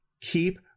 keep